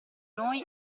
noi